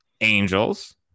Angels